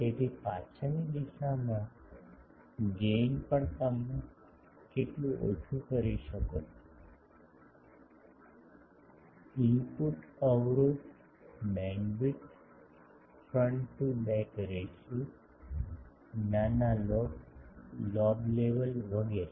તેથી પાછળની દિશામાં ગેઇન પણ તમે કેટલું ઓછું કરી શકો છો ઇનપુટ અવરોધ bandwidth front to back ratio નાના લોબ લેવલ વગેરે